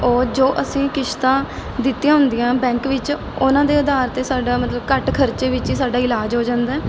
ਉਹ ਜੋ ਅਸੀਂ ਕਿਸ਼ਤਾਂ ਦਿੱਤੀਆਂ ਹੁੰਦੀਆਂ ਬੈਂਕ ਵਿੱਚ ਉਹਨਾਂ ਦੇ ਆਧਾਰ 'ਤੇ ਸਾਡਾ ਮਤਲਬ ਘੱਟ ਖਰਚੇ ਵਿੱਚ ਹੀ ਸਾਡਾ ਇਲਾਜ ਹੋ ਜਾਂਦਾ